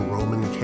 Roman